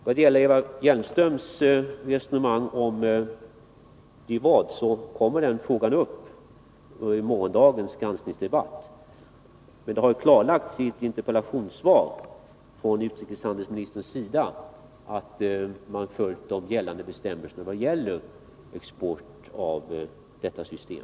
Vad gäller Eva Hjelmströms resonemang om DIVAD vill jag påpeka att den frågan kommer upp under morgondagens granskningsdebatt. Men det har klarlagts i ett interpellationssvar från statsrådet Hellström att gällande bestämmelser har följts vid export av detta system.